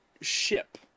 ship